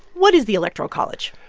what is the electoral college?